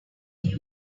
using